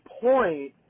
point